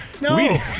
no